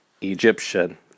Egyptian